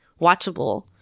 watchable